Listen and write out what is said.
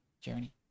journey